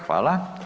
Hvala.